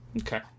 Okay